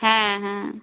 হ্যাঁ হ্যাঁ